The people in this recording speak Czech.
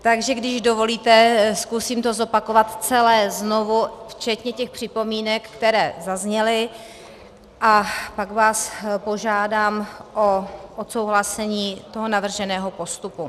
Takže když dovolíte, zkusím to zopakovat celé znovu včetně těch připomínek, které zazněly, a pak vás požádám o odsouhlasení navrženého postupu.